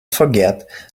forget